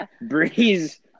Breeze